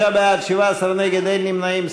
25 בעד, 17 נגד, אין נמנעים.